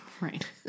Right